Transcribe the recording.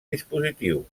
dispositiu